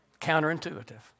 Counterintuitive